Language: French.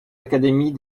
académies